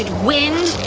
and wind!